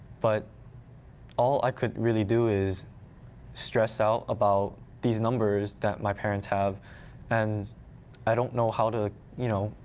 but all i could really do is stress out about these numbers that my parents have and i don't know how to, you know,